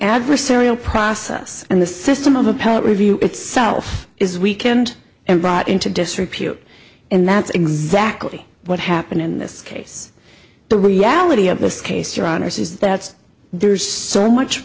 adversarial process and the system of appellate review itself is weakened and brought into disrepute and that's exactly what happened in this case the reality of this case your honor says that there's so much